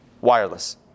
wireless